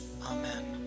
Amen